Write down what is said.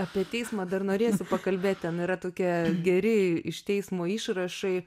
apie teismą dar norėsiu pakalbėt ten yra tokie geri iš teismo išrašai